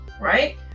right